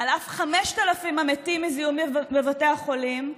על אף 5,000 המתים מזיהומים בבתי החולים,